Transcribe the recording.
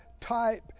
type